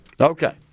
Okay